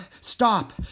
stop